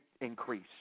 increase